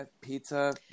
Pizza